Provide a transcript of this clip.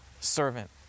servant